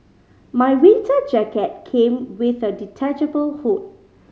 my winter jacket came with a detachable hood